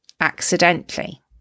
accidentally